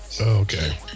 Okay